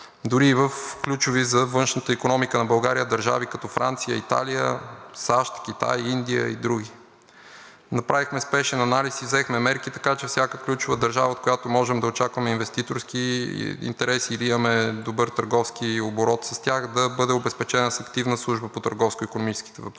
дори в ключови за външната икономика на България държави като Франция, Италия, САЩ, Китай, Индия и други. Направихме спешен анализ и взехме мерки така, че всяка ключова държава, от която можем да очакваме инвеститорски интерес или имаме добър търговски оборот, да бъде обезпечена с активна служба по търговско-икономическите въпроси.